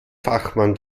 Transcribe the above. fachmann